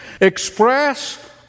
Express